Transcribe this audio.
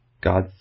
God